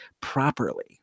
properly